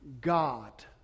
God